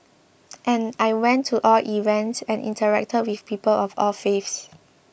and I went to all events and interacted with people of all faiths